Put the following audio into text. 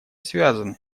связаны